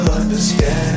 understand